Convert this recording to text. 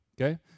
okay